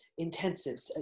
intensives